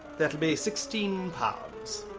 that'll be sixteen pounds.